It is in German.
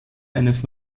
eines